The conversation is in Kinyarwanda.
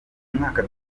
mwaka